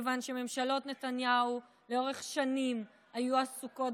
מכיוון שממשלות נתניהו לאורך שנים היו עסוקות